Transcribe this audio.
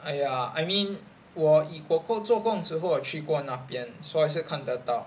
!aiya! I mean 我做工的时候也去过那边所以还是看得到